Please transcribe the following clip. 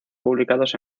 publicados